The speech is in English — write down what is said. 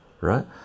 right